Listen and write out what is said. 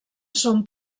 són